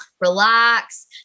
relax